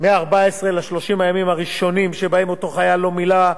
מ-14 ל-30 הימים הראשונים שבהם אותו חייל לא מילא,